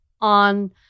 on